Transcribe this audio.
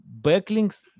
backlinks